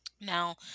Now